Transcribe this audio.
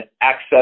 access